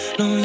no